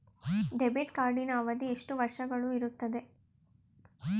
Debit ಕಾರ್ಡಿನ ಅವಧಿ ಎಷ್ಟು ವರ್ಷಗಳು ಇರುತ್ತದೆ?